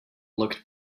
looked